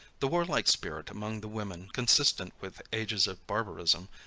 the warlike spirit among the women, consistent with ages of barbarism,